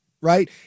right